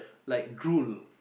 like drool